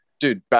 Dude